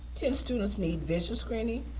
ten students need vision screening,